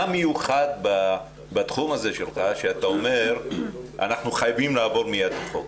מה מיוחד בתחום שלך שבגינו אתה אומר שאתם חייבים לעבור מייד לחוק?